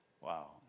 Wow